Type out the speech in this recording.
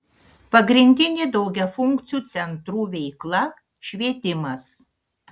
pagrindinė daugiafunkcių centrų veikla švietimas